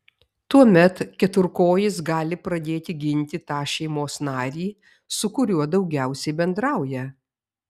tuomet keturkojis gali pradėti ginti tą šeimos narį su kuriuo daugiausiai bendrauja